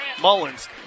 Mullins